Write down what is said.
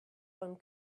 one